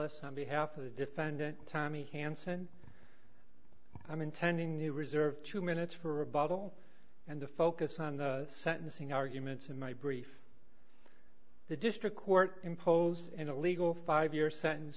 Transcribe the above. ts on behalf of the defendant tommy hanson i'm intending to reserve two minutes for a bottle and to focus on the sentencing arguments in my brief the district court imposed an illegal five year sentence